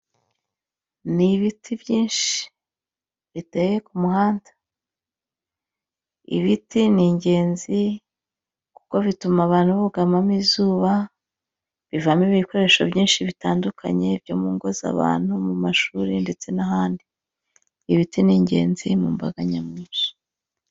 Ni ibiti biteye ku muhanda, ibiti ni ingenzi kuko bituma abantu bugamamo izuba, bivamo ibikoresho byinshi bitandukanye byo mu ngo z'abantu, mu mashuri ndetse n'ahandi, ibiti ni ingenzi mu mbaga nyamwinshi.